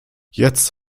jetzt